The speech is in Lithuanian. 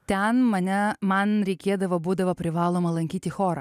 ten mane man reikėdavo būdavo privaloma lankyti chorą